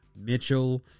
Mitchell